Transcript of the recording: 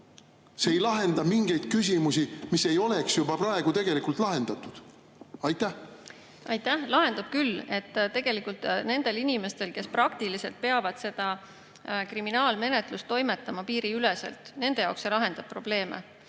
See ei lahenda mingeid küsimusi, mis ei oleks juba praegu tegelikult lahendatud. Aitäh! Lahendab küll. Tegelikult nende inimeste jaoks, kes praktiliselt peavad seda kriminaalmenetlust toimetama piiriüleselt, see lahendab probleeme.